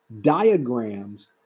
diagrams